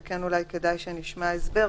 אבל כן כדאי שנשמע לגביו הסבר.